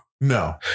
No